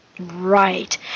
Right